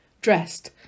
Dressed